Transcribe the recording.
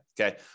Okay